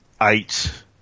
eight